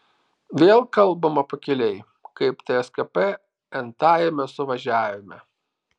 vėl kalbama pakiliai kaip tskp n tajame suvažiavime